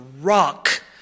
rock